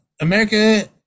America